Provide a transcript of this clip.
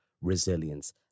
resilience